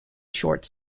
short